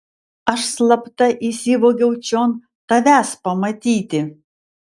aš slapta įsivogiau čion tavęs pamatyti